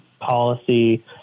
policy